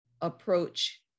approach